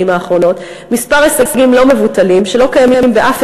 האחרונות מספר הישגים לא מבוטלים שלא קיימים באף